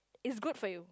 it's good for you